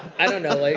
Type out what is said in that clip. i don't know. like